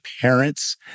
parents